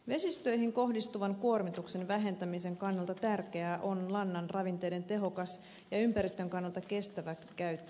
vesistöihin kohdistuvan kuormituksen vähentämisen kannalta tärkeää on lannan ravinteiden tehokas ja ympäristön kannalta kestävä käyttö